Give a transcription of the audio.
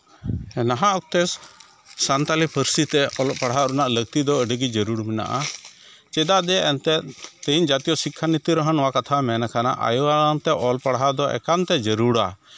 ᱱᱟᱦᱟᱜ ᱚᱠᱛᱮ ᱥᱟᱱᱛᱟᱲᱤ ᱯᱟᱹᱨᱥᱤ ᱛᱮ ᱚᱞᱚᱜ ᱯᱟᱲᱦᱟᱜ ᱨᱮᱱᱟᱜ ᱞᱟᱹᱠᱛᱤ ᱫᱚ ᱟᱹᱰᱤᱜᱮ ᱡᱟᱹᱨᱩᱲ ᱢᱮᱱᱟᱜᱼᱟ ᱪᱮᱫᱟᱜ ᱡᱮ ᱮᱱᱛᱮᱜ ᱛᱮᱦᱮᱧ ᱡᱟᱹᱛᱤᱭᱚ ᱥᱤᱠᱠᱷᱟ ᱱᱤᱛᱤ ᱨᱮᱦᱚᱸ ᱱᱚᱣᱟ ᱠᱟᱛᱷᱟ ᱢᱮᱱ ᱠᱟᱱᱟ ᱟᱭᱳ ᱟᱲᱟᱝ ᱛᱮ ᱚᱞ ᱯᱟᱲᱦᱟᱣ ᱫᱚ ᱮᱠᱟᱱᱛᱮ ᱡᱟᱹᱨᱩᱲᱟ